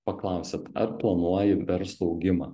paklausiat ar planuoji verslo augimą